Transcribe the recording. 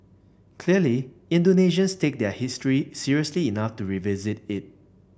clearly Indonesians take their history seriously enough to revisit it